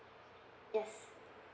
yes